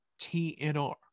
TNR